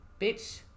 Bitch